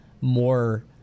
more